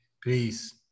Peace